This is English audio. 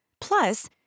Plus